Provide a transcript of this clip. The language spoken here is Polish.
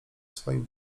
swoim